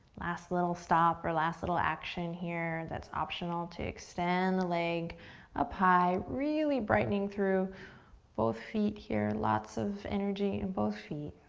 last little stop or last little action here that's optional, to extend the leg up high, really brightening through both feet here. lots of energy in and both feet.